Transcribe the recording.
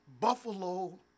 Buffalo